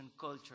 culture